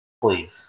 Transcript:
please